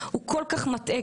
כל כך מטעה,